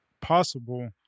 possible